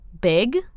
big